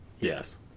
yes